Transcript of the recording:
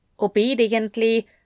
Obediently